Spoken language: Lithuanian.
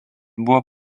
buvo